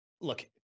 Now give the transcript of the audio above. look